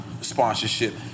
sponsorship